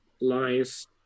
lies